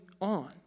on